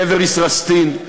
לעבר ישראסטין,